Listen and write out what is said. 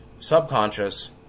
subconscious